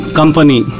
company